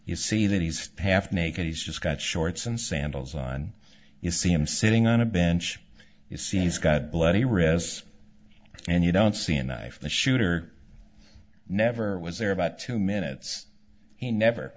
you see that he's half naked he's just got shorts and sandals on you see him sitting on a bench you see he's got bloody wrists and you don't see a knife the shooter never was there about two minutes he never